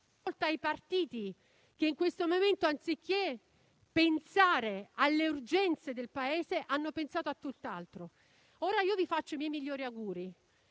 ai partiti che, in questo momento, anziché pensare alle urgenze del Paese, hanno pensato a tutt'altro. Ora io vi faccio i miei migliori auguri.